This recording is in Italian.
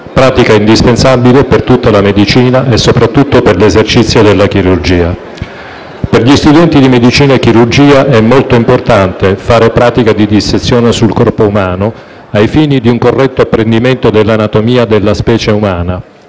pratica indispensabile per tutta la medicina e soprattutto per l'esercizio della chirurgia. Per gli studenti di medicina e chirurgia è molto importante fare pratica di dissezione sul corpo umano ai fini di un corretto apprendimento dell'anatomia della specie umana,